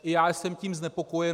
I já jsem tím znepokojen.